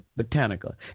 Botanica